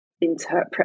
interpret